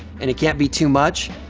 and it can't be too much.